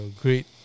great